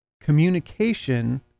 communication